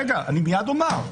רגע, אני מיד אומר.